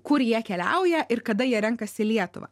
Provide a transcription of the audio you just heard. kur keliauja ir kada jie renkasi lietuvą